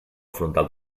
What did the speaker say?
frontal